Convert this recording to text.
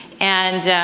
and,